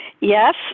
yes